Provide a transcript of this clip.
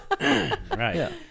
Right